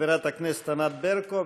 חברת הכנסת ענת ברקו,